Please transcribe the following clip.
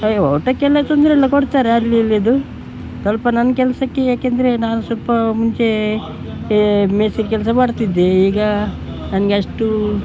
ಅಯ್ಯೋ ಊಟಕ್ಕೆಲ್ಲ ತೊಂದರೆಯಿಲ್ಲ ಕೊಡುತ್ತಾರೆ ಅಲ್ಲಿ ಇಲ್ಲಿದು ಸ್ವಲ್ಪ ನನ್ನ ಕೆಲಸಕ್ಕೆ ಏಕೆಂದರೆ ನಾನು ಸ್ವಲ್ಪ ಮುಂಚೆ ಮೇಸ್ತ್ರಿ ಕೆಲಸ ಮಾಡ್ತಿದ್ದೆ ಈಗ ನನಗೆ ಅಷ್ಟು